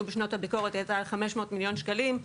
בשנות הביקורת הייתה 500 מיליון שקלים,